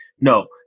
No